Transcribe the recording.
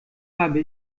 habe